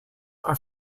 are